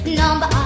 number